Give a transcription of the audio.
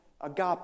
agape